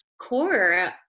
core